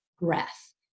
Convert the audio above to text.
breath